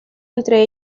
entre